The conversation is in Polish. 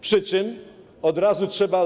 Przy tym od razu trzeba.